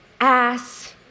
ass